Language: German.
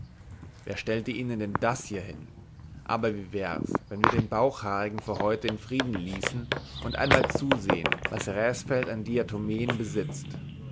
wer stellte ihnen denn das hier hin aber wie wär's wenn wir den bauchhaarigen für heute in frieden ließen und einmal zusähen was raesfeld an diatomeen besitzt